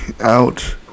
out